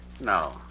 No